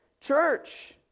church